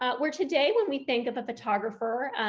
ah where today when we think of a photographer,